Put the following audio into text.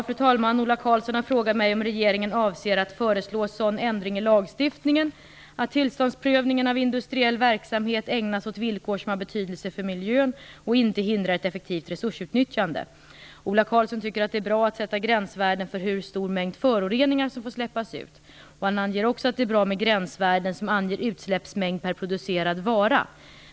Fru talman! Ola Karlsson har frågat mig om regeringen avser att föreslå en sådan ändring i lagstiftningen att tillståndsprövningen av industriell verksamhet ägnas åt villkor som har betydelse för miljön och inte hindrar ett effektivt resursutnyttjande. Ola Karlsson tycker att det är bra att sätta gränsvärden för hur stor mängd föroreningar som får släppas ut. Han anger också att det är bra med gränsvärden som anger utsläppsmängd per producerad vara.